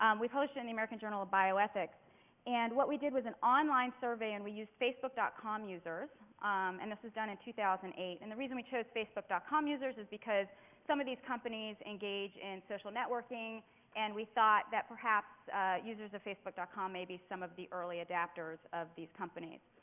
um we posted in the american journal of bioethics and what we did was an online survey and we used facebook dot com users and this was done in two thousand and eight. and the reason we chose facebook dot com users is because some of these companies engage in social networking and we thought that perhaps users of facebook dot com may be some of the early adapters of these companies.